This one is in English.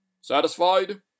Satisfied